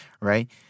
right